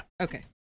Okay